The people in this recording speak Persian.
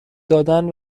دادن